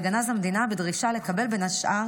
לגנז המדינה בדרישה לקבל בין השאר